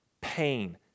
pain